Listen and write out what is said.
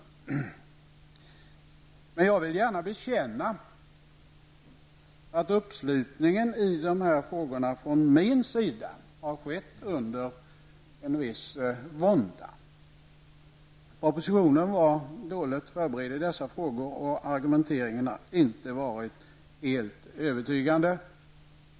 Jag vill emellertid gärna bekänna att uppslutningen i dessa frågor från min sida har skett under en viss vånda. Propositionen var dåligt förberedd när det gäller dessa frågor, och argumenteringen har inte varit helt övertygande.